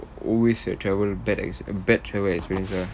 always a travel bad ex~ bad travel experience lah